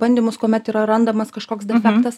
bandymus kuomet yra randamas kažkoks defektas